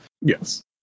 Yes